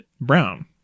Brown